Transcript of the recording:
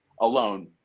alone